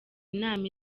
inama